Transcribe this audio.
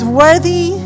worthy